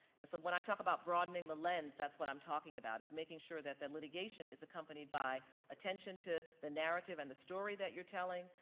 and so when i talk about broadening the lens, that's what i'm talking about is making sure that the litigation is accompanied by attention to the narrative and the story that you're telling,